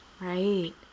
Right